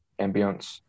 ambience